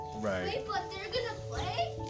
right